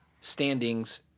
standings